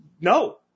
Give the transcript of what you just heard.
no